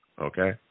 okay